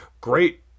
great